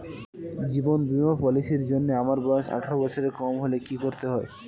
জীবন বীমা পলিসি র জন্যে আমার বয়স আঠারো বছরের কম হলে কি করতে হয়?